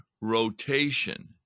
rotation